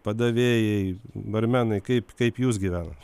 padavėjai barmenai kaip kaip jūs gyvenat